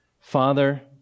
Father